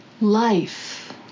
life